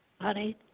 honey